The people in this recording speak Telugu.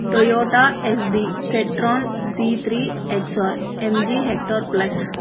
Toyota SB Citroen C three X R M G Hector plus